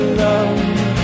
love